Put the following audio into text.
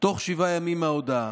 תוך שבעה ימים מההודעה.